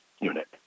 Unit